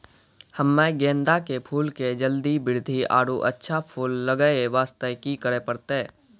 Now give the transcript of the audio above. हम्मे गेंदा के फूल के जल्दी बृद्धि आरु अच्छा फूल लगय वास्ते की करे परतै?